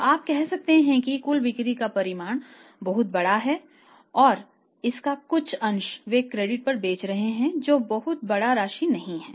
तो आप कह सकते हैं कि कुल बिक्री का परिमाण बहुत बड़ा है और इसका कुछ अंश वे क्रेडिट पर बेच रहे हैं जो बहुत बड़ी राशि नहीं है